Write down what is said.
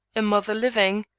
a mother living?